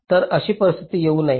तर अशी परिस्थिती येऊ नये